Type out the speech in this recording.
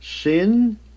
sin